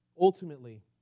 Ultimately